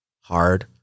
Hard